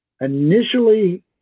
initially